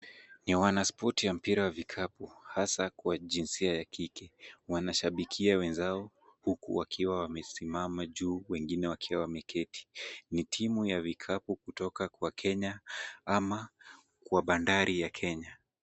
Ni wanaspoti wa mpira wa vikapu hasaa kwa jinsia ya kike. Wanashabikia wenzao huku wakiwa wamesimama juu wengine wakiwa wameketi. Ni timu ya vikapu kutoka kwa Kenya ama kwa bandari ya Kenya.